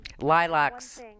Lilacs